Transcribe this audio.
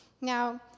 Now